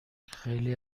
خیلی